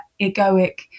egoic